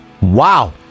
Wow